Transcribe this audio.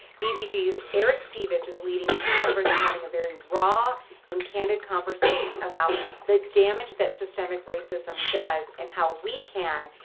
vbg's eric cevis is leading team members and having a very raw and candid conversation about the damage that systemic racism does and how we can,